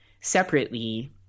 separately